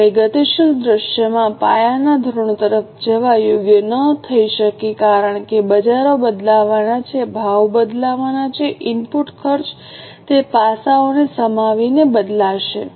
હવે ગતિશીલ દૃશ્યમાં પાયાના ધોરણો તરફ જવા યોગ્ય ન થઈ શકે કારણ કે બજારો બદલાવાના છે ભાવ બદલાવાના છે ઇનપુટ ખર્ચ તે પાસાઓને સમાવીને બદલાશે